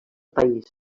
país